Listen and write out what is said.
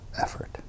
effort